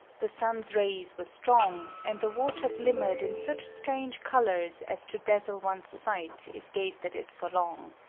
the sun's rays were strong and the water glimmered in such strange colors as to dazzle one's sight if gazed at it for long.